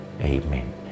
Amen